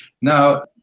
Now